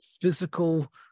physical